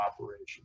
operation